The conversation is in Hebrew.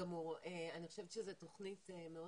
אני חושבת שזאת תוכנית מאוד